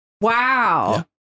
Wow